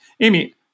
Amy